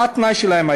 מה היה התנאי שלהם?